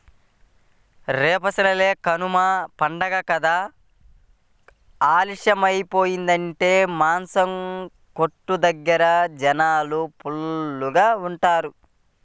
రేపసలే కనమ పండగ కదా ఆలస్యమయ్యిందంటే మాసం కొట్టు దగ్గర జనాలు ఫుల్లుగా ఉంటారు